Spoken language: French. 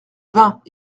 vingt